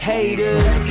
Haters